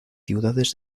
ciudades